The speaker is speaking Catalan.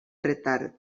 retard